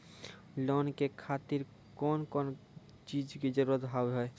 Loan के खातिर कौन कौन चीज के जरूरत हाव है?